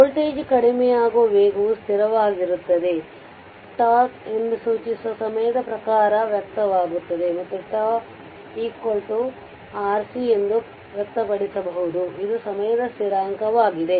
voltage ಕಡಿಮೆಯಾಗುವ ವೇಗವು ಸ್ಥಿರವಾಗಿರುತ್ತದೆ τ ಎಂದು ಸೂಚಿಸುವ ಸಮಯದ ಪ್ರಕಾರ ವ್ಯಕ್ತವಾಗುತ್ತದೆ ಮತ್ತು τ RC ಎಂದು ವ್ಯಕ್ತಪಡಿಸಬಹುದು ಇದು ಸಮಯದ ಸ್ಥಿರಾಂಕವಾಗಿದೆ